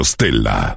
Stella